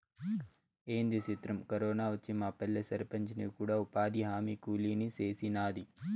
ఏంది సిత్రం, కరోనా వచ్చి మాపల్లె సర్పంచిని కూడా ఉపాధిహామీ కూలీని సేసినాది